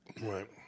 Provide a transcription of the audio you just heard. Right